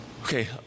Okay